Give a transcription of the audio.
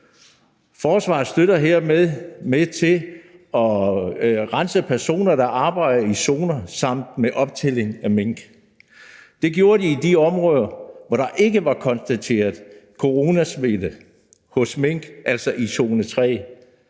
her ved at være med til at rense personer, der arbejder i zoner, samt med optælling af mink. Det gjorde de i de områder, hvor der ikke var konstateret coronasmitte hos mink, altså i zone 3.